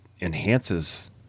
enhances